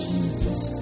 Jesus